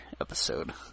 episode